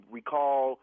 recall